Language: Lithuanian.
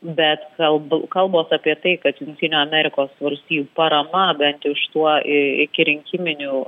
bet kalba kalbos apie tai kad jungtinių amerikos valstijų parama bent jau šituo ikirinkiminiu